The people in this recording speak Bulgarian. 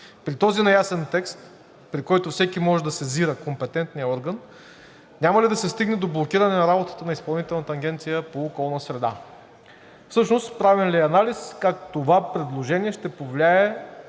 При този неясен текст, при който всеки може да сезира компетентния орган, няма ли да се стигне до блокиране на работата на Изпълнителната агенция по околна среда? Всъщност правен ли е анализ как това предложение ще повлияе